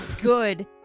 Good